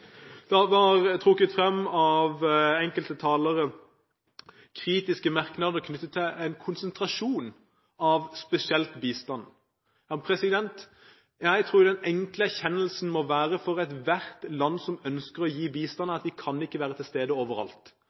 trukket frem kritiske merknader knyttet til en konsentrasjon spesielt av bistand. Jeg tror den enkle erkjennelsen for ethvert land som ønsker å gi bistand, må være at de kan ikke være til stede